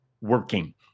working